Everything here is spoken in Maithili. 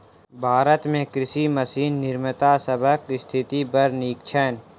भारत मे कृषि मशीन निर्माता सभक स्थिति बड़ नीक छैन